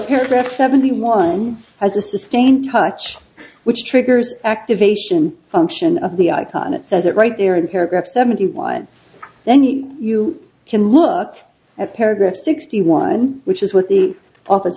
paragraph seventy one has a sustained touch which triggers activation function of the i thought it says it right there in paragraph seventy one then you can look at paragraph sixty one which is what the